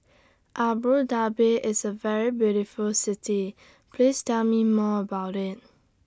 Abu Dhabi IS A very beautiful City Please Tell Me More about IT